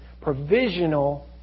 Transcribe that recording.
provisional